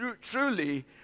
truly